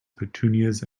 petunias